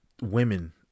women